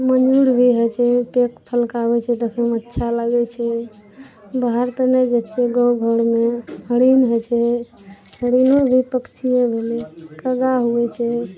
मयूर भी होइ छै पैंख फलकाबै छै देखैमे अच्छा लागै छै बाहर तऽ नहि जाइ छियै गाँव घरमे हरिण होइ छै हरिणो भी पक्षीये भेलै कागा होइ छै